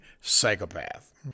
psychopath